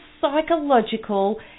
psychological